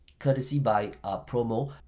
courtesy by promo,